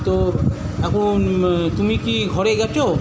তো এখন তুমি কি ঘরে গিয়েছো